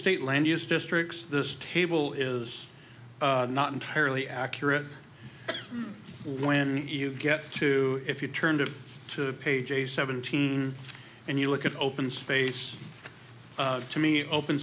state land use districts this table is not entirely accurate when you get to if you turned to page a seventeen and you look at open space to me open